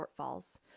shortfalls